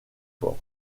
fort